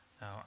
Now